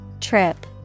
Trip